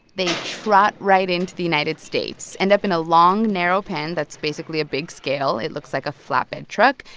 they trot right into the united states, end up in a long narrow pen that's basically a big scale. it looks like a flatbed truck.